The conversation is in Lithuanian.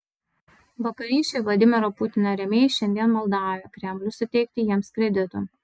vakarykščiai vladimiro putino rėmėjai šiandien maldauja kremlių suteikti jiems kreditų